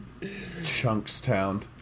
Chunkstown